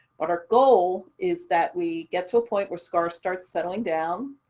but our goal is that we get to a point where scar starts settling down,